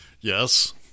yes